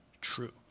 true